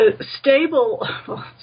stable